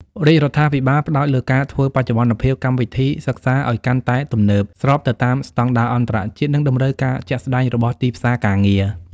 រាជរដ្ឋាភិបាលផ្តោតលើការធ្វើបច្ចុប្បន្នភាពកម្មវិធីសិក្សាឱ្យកាន់តែទំនើប ស្របទៅតាមស្តង់ដារអន្តរជាតិ និងតម្រូវការជាក់ស្តែងរបស់ទីផ្សារការងារ។